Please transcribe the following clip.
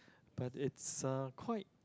but it's uh quite